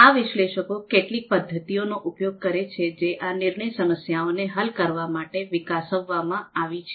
આ વિશ્લેષકો કેટલીક પદ્ધતિઓનો ઉપયોગ કરે છે જે આ નિર્ણય સમસ્યાઓ ને હલ કરવા માટે વિકસાવવામાં આવી છે